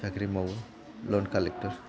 साख्रि मावो लन कालेक्ट'र